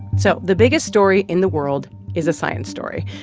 so the biggest story in the world is a science story,